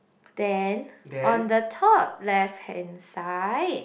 then on the top left hand side